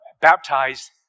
baptized